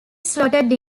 slotted